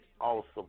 awesome